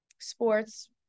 sports